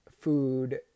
food